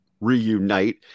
reunite